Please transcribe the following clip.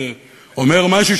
זה אומר משהו,